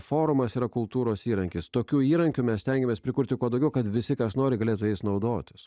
forumas yra kultūros įrankis tokiu įrankiu mes stengiamės prikurti kuo daugiau kad visi kas nori galėtų jais naudotis